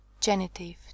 Genitive